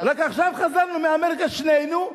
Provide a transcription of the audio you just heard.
רק עכשיו חזרנו מאמריקה שנינו,